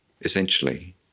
essentially